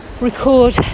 record